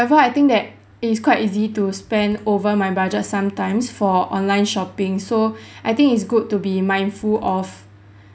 ~ver I think that it is quite easy to spend over my budget sometimes for online shopping so I think it's good to be mindful of